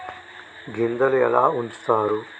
గింజలు ఎలా ఉంచుతారు?